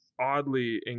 oddly